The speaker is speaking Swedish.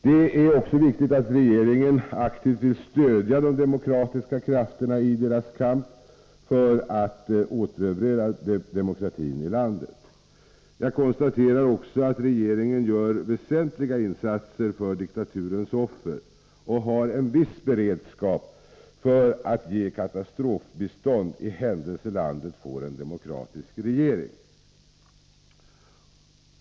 Det är också viktigt att regeringen aktivt vill stödja de demokratiska krafterna i deras kamp för att återerövra demokratin i landet. Jag konstaterar också att regeringen gör väsentliga insatser för diktaturens offer och har en viss beredskap för att ge katastrofbistånd i händelse landet får en demokratisk regering.